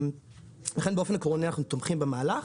לכן באופן עקרוני אנחנו תומכים במהלך.